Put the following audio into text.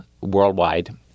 worldwide